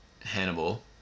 Hannibal